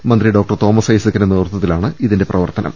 മന്ത്രി ഡോക്ടർ തോമസ് ഐസക്കിന്റെ നേതൃത്വത്തിലാണ് ഇതിന്റെ പ്രവർത്തനം